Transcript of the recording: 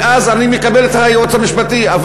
ואז אני מקבל את הייעוץ המשפטי.